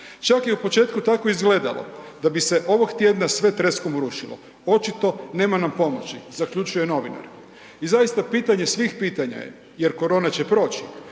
Čak je i u početku tako izgledalo da bi se ovog tjedna sve treskom urušilo, očito nema nam pomoći zaključuje novinar. I zaista pitanje svih pitanja je jer korona će proći.